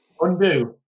Undo